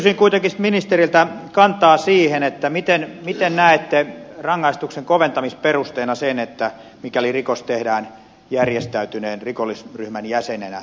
kysyisin kuitenkin ministeriltä kantaa siihen miten näette rangaistuksen koventamisperusteena sen mikäli rikos tehdään järjestäytyneen rikollisryhmän jäsenenä